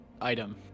item